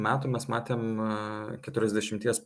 metų mes matėm e keturiasdešimties